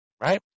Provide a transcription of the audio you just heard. right